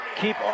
Keep